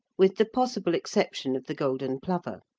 with the possible exception of the golden plover.